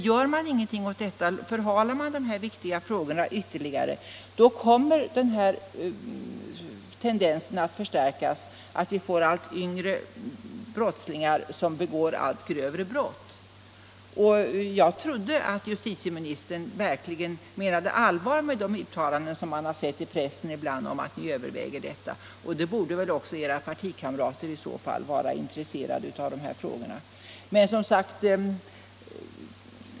Gör man ingenting åt detta utan förhalar dessa viktiga frågor ytterligare kommer tendensen att allt yngre brottslingar begår allt grövre brott att förstärkas. Jag trodde att justitieministern verkligen menade allvar med de uttalanden som han fällt i pressen ibland om att ni överväger detta. I så fall borde också era partikamrater vara intresserade av dessa frågor.